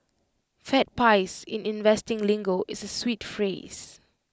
fat pies in investing lingo is A sweet phrase